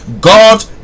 God